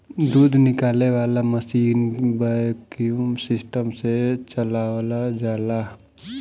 दूध निकाले वाला मशीन वैक्यूम सिस्टम से चलावल जाला